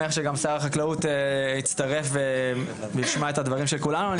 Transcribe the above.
ששר החקלאות הצטרף וישמע את הדברים של כולנו.